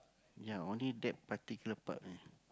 ya only that particular part only